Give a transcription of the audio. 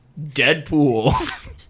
Deadpool